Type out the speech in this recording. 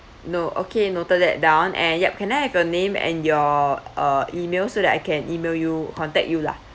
no okay noted that down and yup can I have your name and your uh email so that I can email you contact you lah